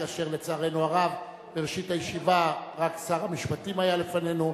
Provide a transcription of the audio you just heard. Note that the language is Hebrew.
כאשר לצערנו הרב בראשית הישיבה רק שר המשפטים היה לפנינו.